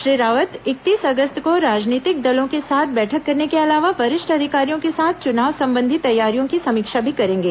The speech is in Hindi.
श्री रावत इंकतीस अगस्त को राजनीतिक दलों के साथ बैठक करने के अलावा वरिष्ठ अधिकारियों के साथ चुनाव संबंधी तैयारियों की समीक्षा भी करेंगे